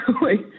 wait